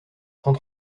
cent